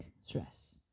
stress